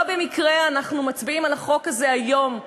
לא במקרה אנחנו מצביעים על החוק הזה היום,